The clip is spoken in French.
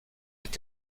est